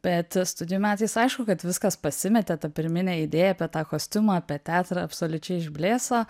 bet studijų metais aišku kad viskas pasimetė ta pirminė idėja apie tą kostiumą apie teatrą absoliučiai išblėso